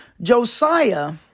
Josiah